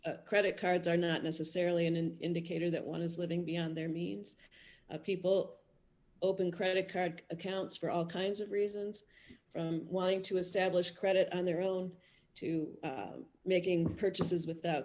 credit cards are not necessarily in an indicator that one is living beyond their means of people open credit card accounts for all kinds of reasons for wanting to establish credit on their own to making purchases with